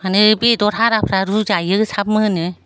मानो बेदर हाराफ्रा रुजायो थाब मोनो